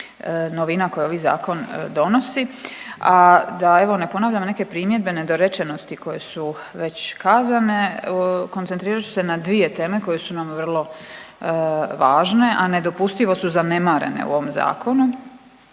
novina koje ovaj zakon donosi. A da evo ne ponavljam neke primjedbe nedorečenosti koje su već kazane koncentrirat ću se na dvije teme koje su nam vrlo važne, a nedopustivo su zanemarene u ovom zakonu,